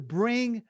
bring